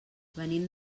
venim